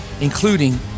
including